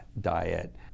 diet